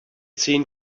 seen